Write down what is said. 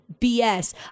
BS